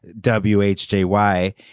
WHJY